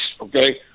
okay